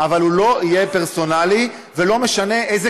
אבל הוא לא יהיה פרסונלי ולא משנה איזה